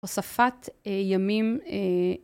הוספת ימים